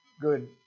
good